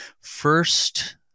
First